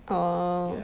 orh